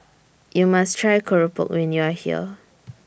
YOU must Try Keropok when YOU Are here